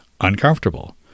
uncomfortable